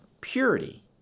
purity